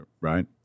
right